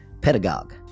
Pedagogue